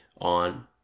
on